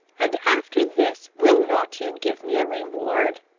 and after this will not you give me a reward?